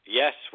yes